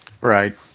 Right